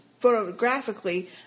photographically